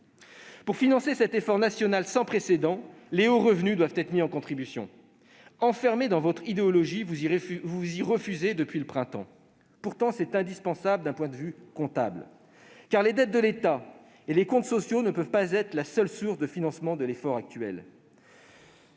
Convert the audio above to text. Pour financer cet effort national sans précédent, les hauts revenus doivent être mis à contribution. Enfermé dans votre idéologie, vous vous y refusez depuis le printemps. Pourtant, c'est indispensable d'un point de vue comptable, car les dettes de l'État et des comptes sociaux ne peuvent pas être la seule source de financement de l'effort actuel.